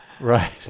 Right